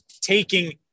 taking